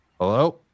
Hello